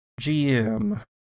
GM